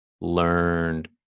learned